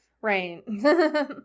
Right